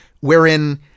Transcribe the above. wherein